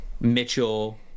Mitchell